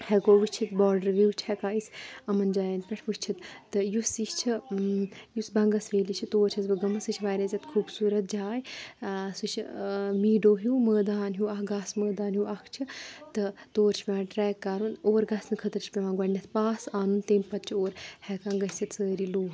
ہیٚکو وٕچھِتھ باڈَر وِو چھِ ہیٚکان أسۍ یِمَن جایَن پیٚٹھ وٕچھِتھ تہٕ یُس یہِ چھِ یُس بَنٛگَس ویلی چھِ تور چھَس بہٕ گٔمٕژ سُہ چھِ واریاہ زیادٕ خوٗبصوٗرت جاے سُہ چھِ میٖڈو ہیوٗ مٲدان ہیوٗ اَکھ گاسہٕ مٲدان ہیوٗ اَکھ چھِ تہٕ توٗرۍ چھِ پیٚوان ٹرٛیک کَرُن اور گژھنہٕ خٲطرٕ چھِ پٮ۪وان گۄڈنیٚتھ پاس اَنُن تمہِ پَتہٕ چھِ اور ہیٚکان گٔژھِتھ سٲری لوٗکھ